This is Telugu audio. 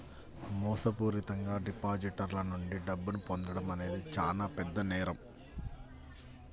మోసపూరితంగా డిపాజిటర్ల నుండి డబ్బును పొందడం అనేది చానా పెద్ద నేరం